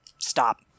stop